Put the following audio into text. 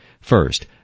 First